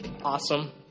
awesome